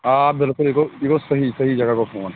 آ بِلکُل یہِ گوٚو یہِ گوٚو صحیح صحیح جگہ گوٚو فون